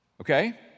Okay